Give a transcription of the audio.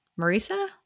Marissa